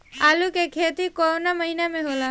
आलू के खेती कवना महीना में होला?